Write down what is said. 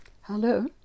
Hello